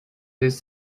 vezes